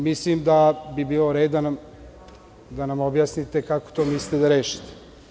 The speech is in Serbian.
Mislim da bi bio red da nam objasnite kako to mislite da rešite.